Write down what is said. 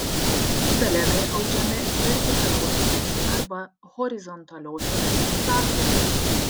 gobelenai audžiami vertikaliosiomis arba horizontaliosiomis staklėmis